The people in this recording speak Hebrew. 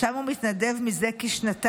שם הוא מתנדב זה כשנתיים.